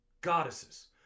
goddesses